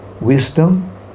wisdom